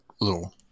little